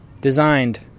designed